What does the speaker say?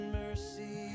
mercy